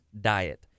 diet